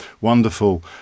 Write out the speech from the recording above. wonderful